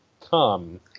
Come